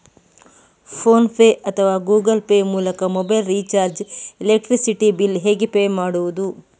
Phone pay ಅಥವಾ Google Pay ಮೂಲಕ mobile recharge, electricity bill ಹೇಗೆ ಪೇ ಮಾಡುವುದು?